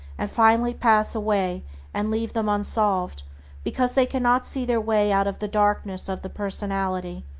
and finally pass away and leave them unsolved because they cannot see their way out of the darkness of the personality,